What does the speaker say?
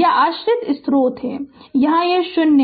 यह आश्रित स्रोत है यहाँ यह 0 है